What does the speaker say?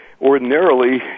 ordinarily